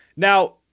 Now